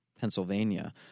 pennsylvania